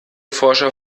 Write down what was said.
forscher